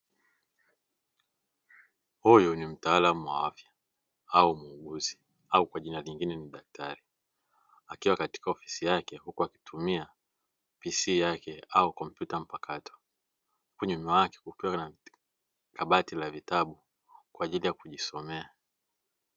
Huyu ni mtaalamu wa afya au muuguzi au kwajina jingine ni daktari, akiwa katika ofisi yake huku akitumia PC au kompyuta mpakato, huku nyuma yake kukiwa na kabati la vitabu kwa ajili ya kujisomea.